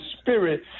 spirit